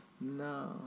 No